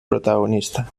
protagonista